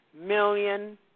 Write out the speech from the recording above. million